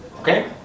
okay